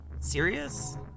serious